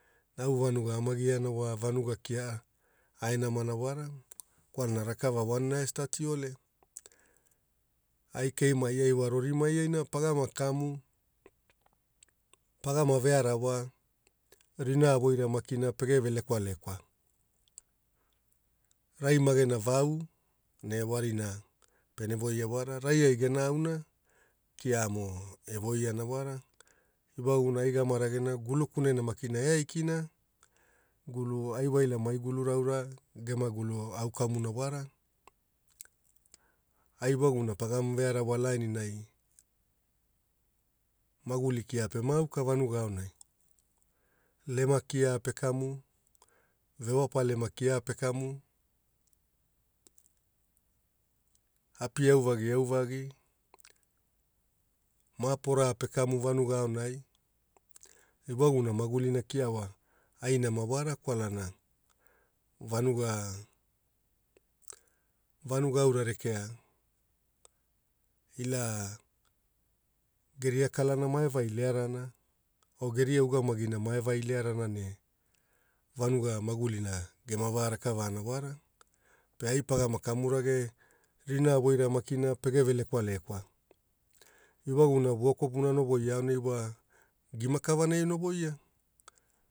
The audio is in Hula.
Au vanuga ma giana vanuga pia ainamana wara kwalana rakava vonana e stati ole. Ai koimae ai pagama kamu, pagama vearawa, rina voira makina pegere lekwalekwa, rai magena vau vo rina a pere voia wara rai ai gen ana kia mo e voiana wara e wagmona ai gamaragena gulu kunena maki e aikina gulu, ai wailamai gulu ra gema gulu au kamuna wara. Ai awamuna pa vearawa laininai maguli kea paauka vanuga aonai, lema kia pekamu, vevopalema kia pekamu, api auvagi auvagi, ma pora a pekam vanuga aonai. Ewagumona magulina kia wa anoma wara awalana vanuga, vanuga aura rekea ila geria kalana mae vai learana o geria ugamagina mae vai learana ne vanuga magulina gema vaarakwakwania wara pe ai paga kamu rage rina voira makina pegeve lekwalekwa. E wagumuna vo kapuna ono voia aonai gema kavanai ono voia